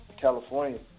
California